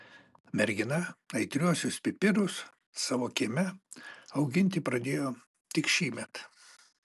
mergina aitriuosius pipirus savo kieme auginti pradėjo tik šįmet